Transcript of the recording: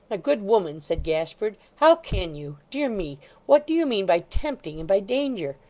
good woman said gashford, how can you dear me what do you mean by tempting, and by danger?